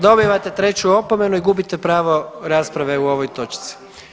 Dobivate treću opomenu i gubite pravo rasprave u ovoj točci.